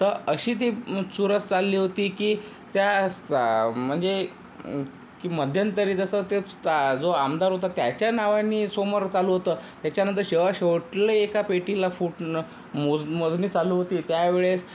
तर अशी ती चुरस चालली होती की त्या सा म्हणजे की मध्यंतरी जसं तेच ता जो आमदार होता त्याच्या नावानी समोर चालू होतं त्याच्यानंतर शेवा शेवटले एका पेटीला फुटणं मोज मोजणी चालू होती त्या वेळेस